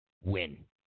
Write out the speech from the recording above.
win